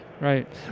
Right